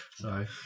sorry